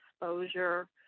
exposure